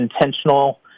intentional